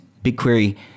BigQuery